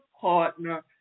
partner